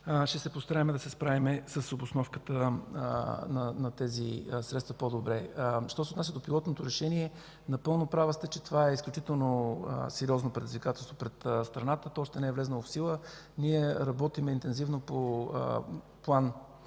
ще се постараем да се справим с обосновката на тези средства по-добре. Що се отнася до пилотното решение, напълно права сте, че това е изключително сериозно предизвикателство пред страната. То още не е влязло в сила. Ние работим интензивно по план